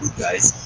guys,